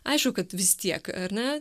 aišku kad vis tiek ar ne